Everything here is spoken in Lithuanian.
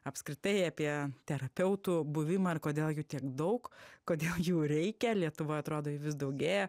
apskritai apie terapeutų buvimą ir kodėl jų tiek daug kodėl jų reikia lietuvoje atrodo jų vis daugėja